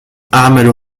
أعمل